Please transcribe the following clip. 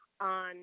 on